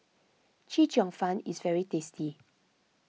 Chee Cheong Fun is very tasty